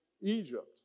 Egypt